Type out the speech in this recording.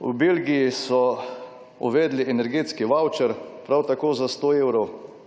V Belgiji so uvedli energetski vavčer prav tako za sto evrov,